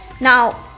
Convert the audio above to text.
Now